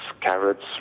carrots